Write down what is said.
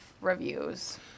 reviews